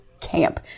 camp